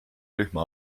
rühma